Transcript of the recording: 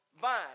vine